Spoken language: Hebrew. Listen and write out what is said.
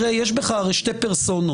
יש בך הרי שתי פרסונות: